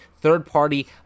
third-party